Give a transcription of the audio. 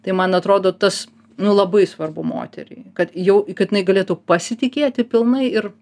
tai man atrodo tas nu labai svarbu moteriai kad jau kad jinai galėtų pasitikėti pilnai ir